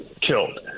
killed